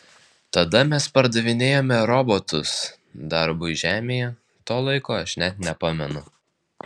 tada mes pardavinėjome robotus darbui žemėje to laiko aš net nepamenu